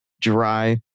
dry